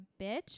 bitch